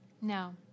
No